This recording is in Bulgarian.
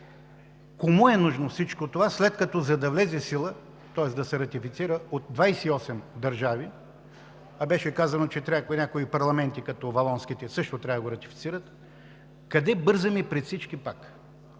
Кому е нужно всичко това, след като, за да влезе в сила, тоест да се ратифицира от 28 държави, а беше казано, че някои парламенти като валонските също трябва да го ратифицират, къде бързаме пред всички пак?